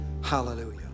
hallelujah